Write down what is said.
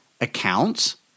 accounts